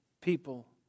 people